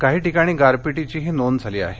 काही ठिकाणी गारपीटीचीही नोंद झाली आहे